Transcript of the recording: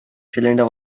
cylinder